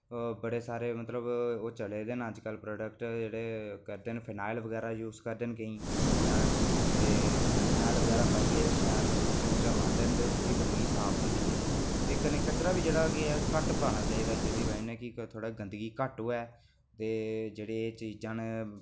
ओह् बड़े सारे मतलब चलै दे न अज्जकल प्रोडक्ट करदे न फिनायल बगैरा यूज़ करदे न केईं ऐं ते फनैल बगैरा पाइयै शैल पोंछा लांदे न ते थोह्ड़ी गंदगी साफ होंदी ऐ ते कन्नै कचरा बी जेह्ड़ा घट्ट पाना चाहिदा ते जेह्दी बजह कन्नै की गंदगी थोह्ड़ी घट्ट होऐ ते जेह्ड़ी एह् चीज़ां न